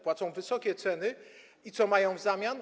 Płacą wysokie ceny i co mają w zamian?